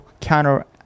counter